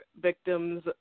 victims